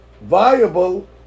viable